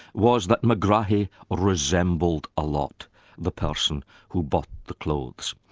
was that megrahi resembled a lot the person who bought the clothes.